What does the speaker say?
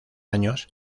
años